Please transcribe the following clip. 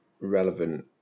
relevant